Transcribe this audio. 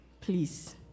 please